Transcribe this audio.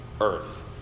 earth